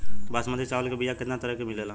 बासमती चावल के बीया केतना तरह के मिलेला?